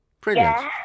Brilliant